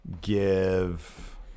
Give